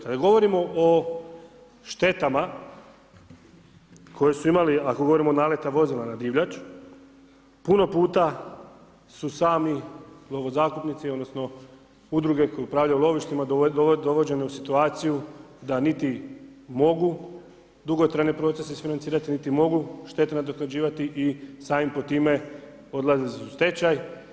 Kada govorimo o štetama koji su imali, ako govorimo o naleta vozila na divljač, puno puta su sami lovo zakupnici odnosno udruge koje upravljaju lovištima dovođene u situaciju da niti mogu dugotrajne procese isfinancirati, niti mogu štete nadoknađivati i samim po time odlazili su u stečaj.